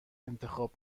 انتخاب